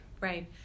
Right